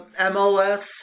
MLS